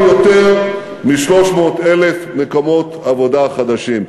והוספנו יותר מ-300,000 מקומות עבודה חדשים.